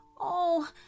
Oh